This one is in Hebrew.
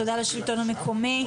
תודה לשלטון המקומי.